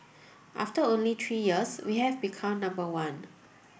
after only three years we've become number one